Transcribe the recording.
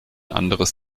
anderes